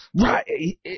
Right